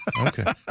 Okay